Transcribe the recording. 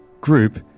group